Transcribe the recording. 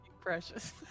precious